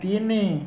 ତିନି